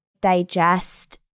digest